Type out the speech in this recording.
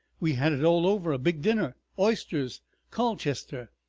we had it all over a big dinner oysters colchester.